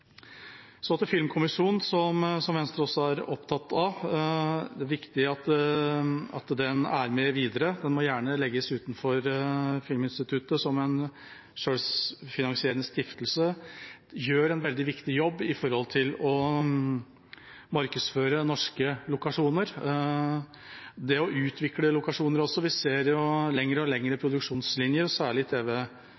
Så til Filmkommisjonen, som Venstre også er opptatt av. Det er viktig at den er med videre. Den må gjerne legges utenfor Filminstituttet som en selvfinansierende stiftelse. Den gjør en veldig viktig jobb med å markedsføre norske lokasjoner – også det å utvikle lokasjoner. Vi ser jo lengre og lengre produksjonslinjer, og særlig